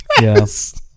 Yes